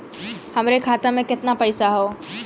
हमरे खाता में कितना पईसा हौ?